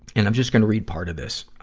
and i'm just gonna read part of this.